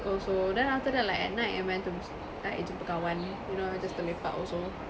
also then after that like at night I went to like jumpa kawan you know just to lepak also